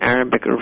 Arabic